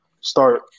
start